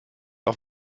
auf